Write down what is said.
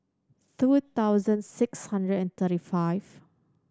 two thousand six hundred and thirty five